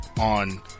on